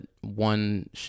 one